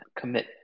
commit